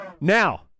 Now